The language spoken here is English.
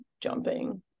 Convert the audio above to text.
jumping